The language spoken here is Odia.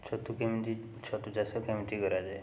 ଛତୁ କେମିତି ଛତୁଚାଷ କେମିତି କରାଯାଏ